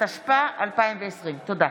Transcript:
התשפ"א 2020. תודה.